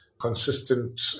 Consistent